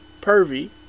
pervy